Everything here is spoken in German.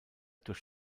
durch